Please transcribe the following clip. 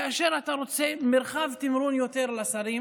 כאשר אתה רוצה יותר מרחב תמרון לשרים,